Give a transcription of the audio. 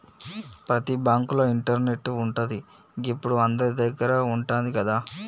ప్రతి బాంకుల ఇంటర్నెటు ఉంటది, గిప్పుడు అందరిదగ్గర ఉంటంది గదా